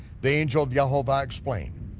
the angel of yehovah explained,